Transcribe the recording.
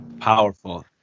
Powerful